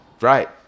right